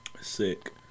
Sick